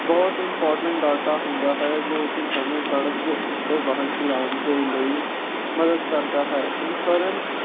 ਬਹੁਤ important data ਹੁੰਦਾ ਹੈ ਜੋ ਕਿ ਸਾਨੂੰ ਸੜਕ ਦੇ ਉੱਤੇ ਵਾਹਨ ਚਲਾਉਣ ਦੇ ਲਈ ਮਦਦ ਕਰਦਾ ਹੈ ਇਨਸ਼ੋਰੈਂਸ